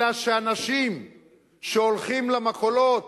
אלא שאנשים שהולכים למכולת,